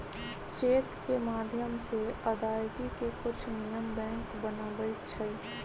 cheque के माध्यम से अदायगी के कुछ नियम बैंक बनबई छई